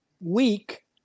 weak